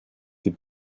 die